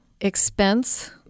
expense